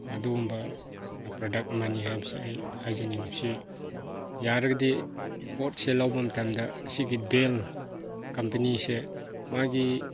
ꯑꯗꯨꯒꯨꯝꯕ ꯄ꯭ꯔꯗꯛ ꯑꯃꯅꯦ ꯍꯥꯏꯕꯁꯦ ꯑꯩ ꯍꯥꯏꯖꯅꯤꯡꯉꯤ ꯁꯤ ꯌꯥꯔꯒꯗꯤ ꯄꯣꯠꯁꯦ ꯂꯧꯕ ꯃꯇꯝꯗ ꯑꯁꯤꯒꯤ ꯗꯦꯜ ꯀꯝꯄꯅꯤꯁꯦ ꯃꯥꯒꯤ